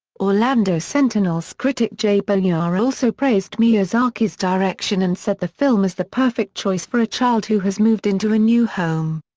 orlando sentinel's critic jay boyar also praised miyazaki's direction and said the film is the perfect choice for a child who has moved into a new home.